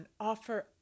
offer